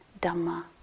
Dhamma